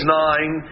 nine